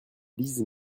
lise